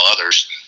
others